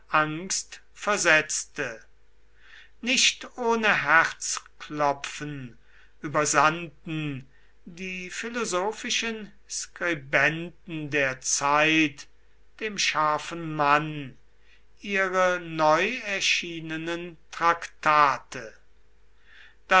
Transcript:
angst versetzte nicht ohne herzklopfen übersandten die philosophischen skribenten der zeit dem scharfen mann ihre neu erschienenen traktate